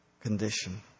condition